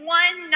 one